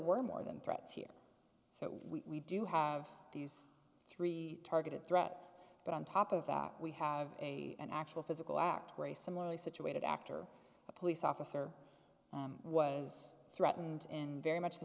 were more than threats here so we do have these three targeted threats but on top of that we have a an actual physical act where a similarly situated after a police officer was threatened in very much the